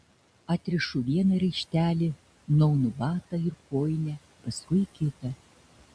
atrišu vieną raištelį nuaunu batą ir kojinę paskui kitą